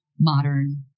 modern